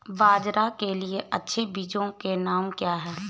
बाजरा के लिए अच्छे बीजों के नाम क्या हैं?